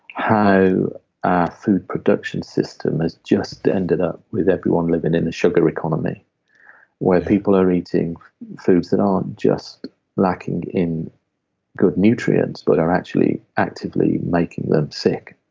how our food production system has just ended up with everyone living in a sugar economy where people are eating foods that aren't just lacking in good nutrients, but are actually actively making them sick.